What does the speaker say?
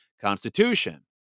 constitution